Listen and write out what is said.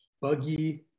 Buggy